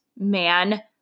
man